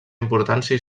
importància